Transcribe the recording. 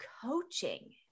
coaching